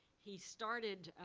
he started.